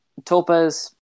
topas